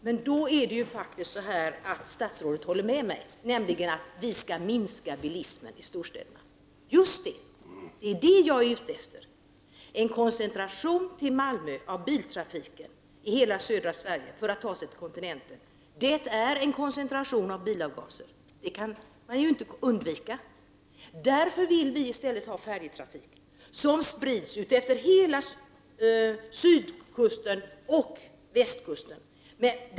Herr talman! Men då håller ju statsrådet med mig om att vi skall minska bilismen i storstäderna. Just det! Det är det jag är ute efter. En koncentration av biltrafiken i hela södra Sverige till Malmö medför ju en koncentration av bilavgaser också — det kan man inte undvika. Därför vill vi i stället ha färjetrafik som sprids utefter hela sydkusten och västkusten.